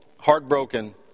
heartbroken